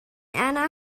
erna